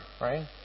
right